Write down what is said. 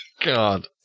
God